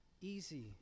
easy